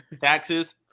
taxes